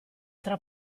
tra